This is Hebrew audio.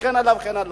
וכן הלאה וכן הלאה,